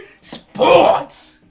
Sports